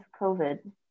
COVID